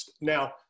now